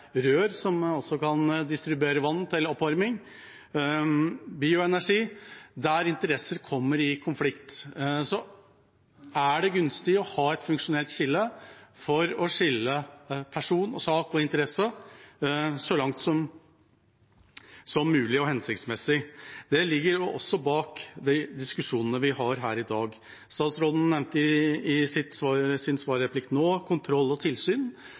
rør som også kan distribuere vann til oppvarming, bioenergi. Der interesser kommer i konflikt, er det gunstig å ha et funksjonelt skille for å skille person, sak og interesse så langt som mulig og hensiktsmessig. Det ligger også bak diskusjonene vi har her i dag. I sin svarreplikk nå nevnte statsråden kontroll og tilsyn,